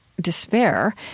despair